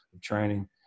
training